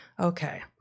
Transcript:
okay